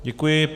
Děkuji.